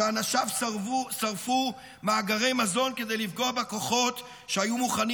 שאנשיו שרפו מאגרי מזון כדי לפגוע בכוחות שהיו מוכנים